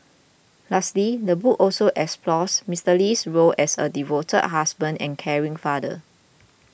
lastly the book also explores Mister Lee's role as a devoted husband and caring father